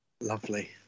lovely